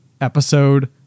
episode